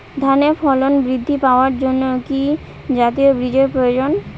ধানে ফলন বৃদ্ধি পাওয়ার জন্য কি জাতীয় বীজের প্রয়োজন?